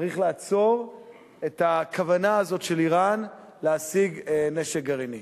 צריך לעצור את הכוונה הזאת של אירן להשיג נשק גרעיני.